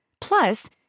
Plus